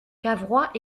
cavrois